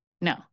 No